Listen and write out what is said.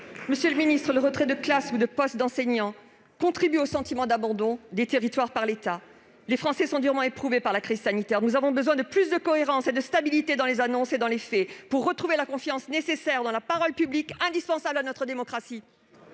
Monsieur le ministre, la suppression de classes ou de postes d'enseignants contribue au sentiment d'abandon des territoires par l'État. Les Français sont durement éprouvés par la crise sanitaire. Nous avons besoin de plus de cohérence et de stabilité dans les annonces et dans les faits pour retrouver la confiance dans la parole publique, qui est indispensable à notre démocratie